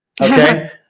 Okay